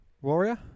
Warrior